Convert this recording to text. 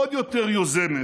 עוד יותר יוזמת,